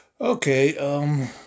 Okay